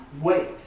wait